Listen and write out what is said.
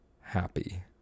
happy